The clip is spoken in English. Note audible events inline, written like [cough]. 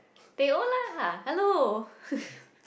teh O lah hello [laughs]